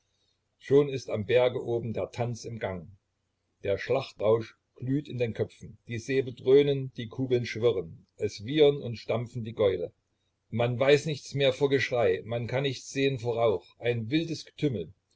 schon ist am berge oben der tanz im gang der schlachtrausch glüht in den köpfen die säbel dröhnen die kugeln schwirren es wiehern und stampfen die gäule man weiß nichts mehr vor geschrei man kann nichts sehen vor rauch ein wildes getümmel